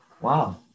wow